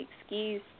excuse